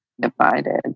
divided